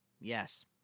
Yes